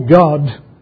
God